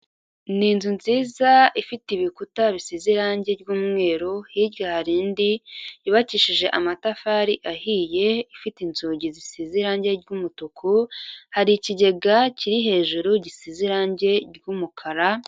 Ni inzu nziza ifite ibikuta bisize irangi ry'umweru, hirya hari indi yubakishije amatafari ahiye, ifite inzugi zisize irange ry'umutuku, hari ikigega kiri hejuru gisize irange ry'umukara.